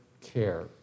care